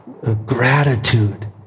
gratitude